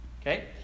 Okay